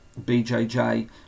BJJ